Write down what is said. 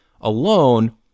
alone